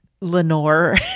Lenore